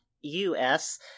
U-S